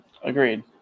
Agreed